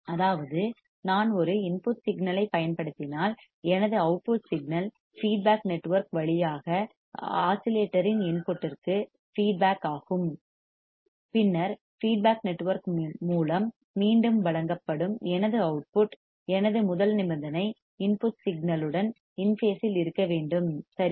அதாவது நான் ஒரு இன்புட் சிக்னல் ஐப் பயன்படுத்தினால் எனது அவுட்புட் சிக்னல் ஃபீட்பேக் நெட்வொர்க் வழியாக ஆஸிலேட்டர் இன் இன்புட்டிற்கு ஃபீட்பேக் ஆகும் பின்னர் ஃபீட்பேக் நெட்வொர்க் மூலம் மீண்டும் வழங்கப்படும் எனது அவுட்புட் எனது முதல் நிபந்தனை இன்புட் சிக்னல்யுடன் இன் பேசில் இருக்க வேண்டும் சரியா